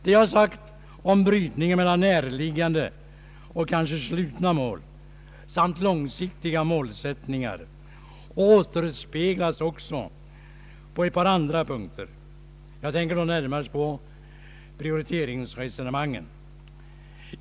Det jag sagt om brytningen mellan närliggande och kanske slutna mål samt långsiktiga målsättningar återspeglas också på ett par andra punkter. Jag tänker då närmast på prioriteringsresonemangen.